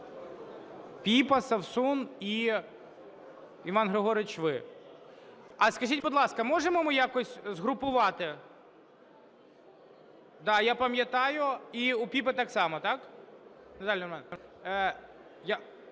Піпа, Совсун і, Іван Григорович, ви. А скажіть, будь ласка, можемо ми якось згрупувати? Да, я пам'ятаю, і у Піпи так само, так? Якщо ви не